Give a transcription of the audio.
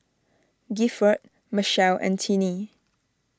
Gifford Machelle and Tinnie